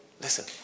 listen